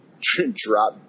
drop